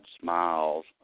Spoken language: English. smiles